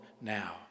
now